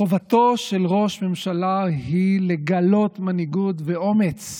חובתו של ראש ממשלה לגלות מנהיגות ואומץ.